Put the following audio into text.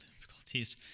difficulties